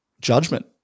judgment